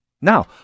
Now